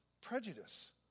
prejudice